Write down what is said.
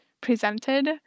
presented